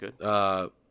good